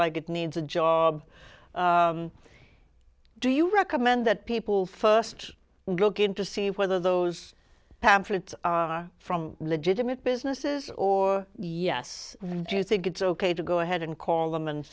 like it needs a job do you recommend that people first looking to see whether those pamphlets are from legitimate businesses or yes do you think it's ok to go ahead and call them and